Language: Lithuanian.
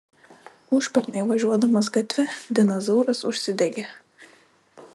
užpernai važiuodamas gatve dinas zauras užsidegė